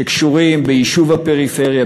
שקשורים ליישוב הפריפריה,